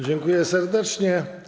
Dziękuję serdecznie.